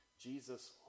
Jesus